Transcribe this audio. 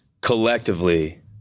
collectively